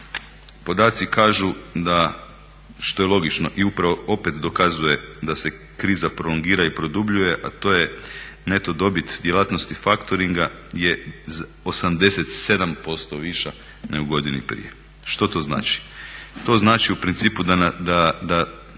Podaci kažu da, što je logično i upravo opet dokazuje da se kriza prolongira i produbljuje a to je neto dobit djelatnosti faktoringa je 87% viša nego u godini prije. Što to znači?